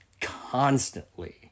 constantly